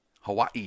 Hawaii